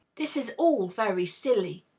this is all very silly.